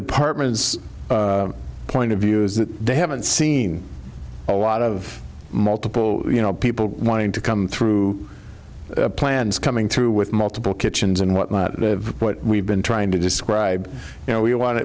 department's point of view is that they haven't seen a lot of multiple you know people wanting to come through plans coming through with multiple kitchens and whatnot but we've been trying to describe you know you want